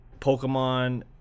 Pokemon